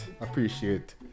appreciate